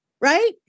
Right